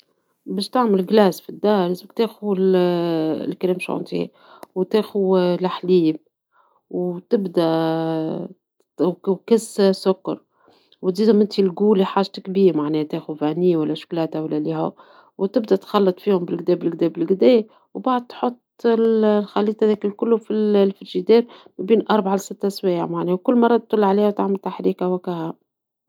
باش تعمل مثلجات في الدار ، لازم تأخذ كريم شونتييه وتأخو الحليب وتبدى ، وكسه سكر ، والأذواق لي حاجتك بيهم معناها تأخذ فانيلا ولا شوكولاطة ولا ، تبدى تخلط فيهم بالقدا بالقدا بالقدا وبعد تحط الخليط هذاكا كلوا في الثلاجة ، بين أربعة وست سوايع معناها ، وكل مرة تطل عليها وتعمل تحريكة وهكاهو.